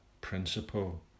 principle